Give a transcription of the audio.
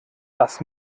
das